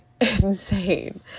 insane